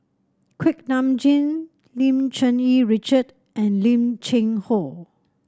Kuak Nam Jin Lim Cherng Yih Richard and Lim Cheng Hoe